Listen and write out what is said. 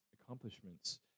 accomplishments